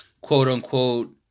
quote-unquote